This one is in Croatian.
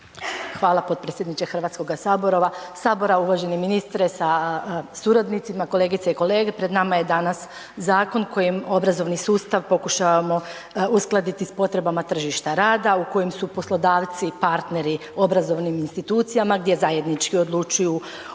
Hvala potpredsjedniče Hrvatskoga sabora. Uvaženi ministre sa suradnicima, kolegice i kolege pred nama je danas zakon kojim obrazovni sustav pokušavamo uskladiti s potrebama tržišta rada u kojem su poslodavci partneri obrazovnim institucijama, gdje zajednički odlučuju o